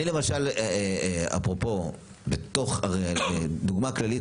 אני למשל, אפרופו, נתתי כדוגמה את "כללית"